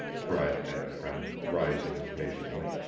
cried ned trent, rising impatiently.